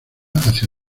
hacia